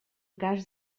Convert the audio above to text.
cas